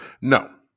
No